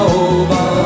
over